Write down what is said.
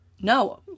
No